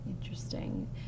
Interesting